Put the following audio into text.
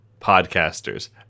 podcasters